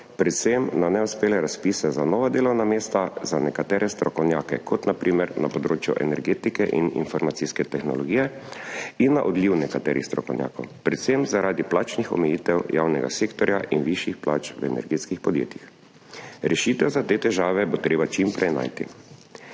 predvsem neuspele razpise za nova delovna mesta za nekatere strokovnjake, kot na primer na področjih energetike in informacijske tehnologije, in odliv nekaterih strokovnjakov, predvsem zaradi plačnih omejitev javnega sektorja in višjih plač v energetskih podjetjih. Rešitev za te težave bo treba najti